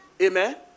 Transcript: Amen